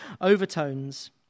overtones